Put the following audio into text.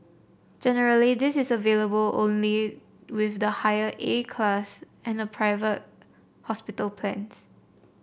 generally this is available only with the higher A class and private hospital plans